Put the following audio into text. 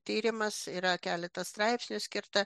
tyrimas yra keletas straipsnių skirta